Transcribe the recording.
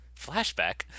flashback